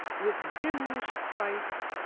with diminished price.